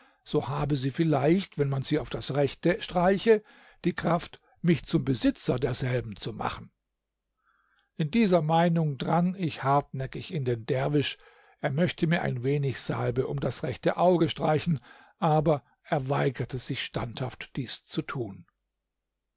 so habe sie vielleicht wenn man sie auf das rechte streiche die kraft mich zum besitzer derselben zu machen in dieser meinung drang ich hartnäckig in den derwisch er möchte mir ein wenig salbe um das rechte auge streichen aber er weigerte sich standhaft dies zu tun